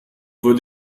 würde